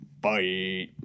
Bye